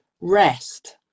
rest